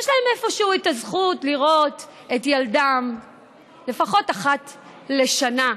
יש להן איפשהו את הזכות לראות את ילדן לפחות פעם בשנה.